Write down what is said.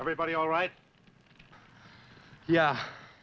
everybody all right yeah